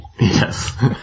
Yes